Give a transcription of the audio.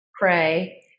pray